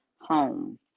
home